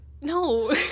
no